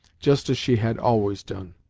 just as she had always done.